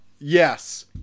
Yes